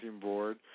board